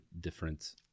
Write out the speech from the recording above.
different